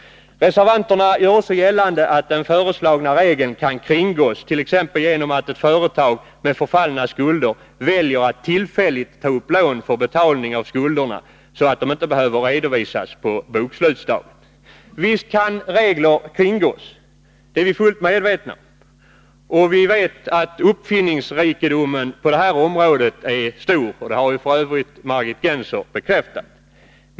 Reservanterna gör också gällande att den föreslagna regeln kan kringgås, t.ex. genom att ett företag med förfallna skulder väljer att tillfälligt ta upp lån för betalning av skulderna, så att de inte behöver redovisas på bokslutsdagen. Visst kan regler kringgås! Det är vi fullt medvetna om. Vi vet också att uppfinningsrikedomen på det här området är stor — det har f. ö. Margit Gennser bekräftat.